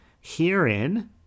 Herein